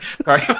Sorry